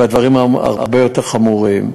והדברים הם הרבה יותר חמורים.